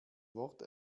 wort